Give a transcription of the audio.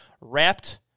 wrapped